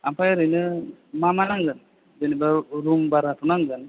आमफ्राय ओरैनो मा मा नांगोन जेनेबा रुम भाराथ' नांगोन